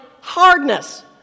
hardness